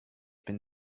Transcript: been